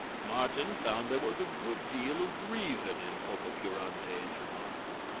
martin found there was a good deal of reason in pococurante's remarks.